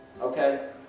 Okay